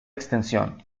extensión